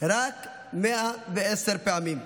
רק 110 פעמים.